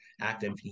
active